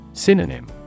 Synonym